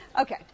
Okay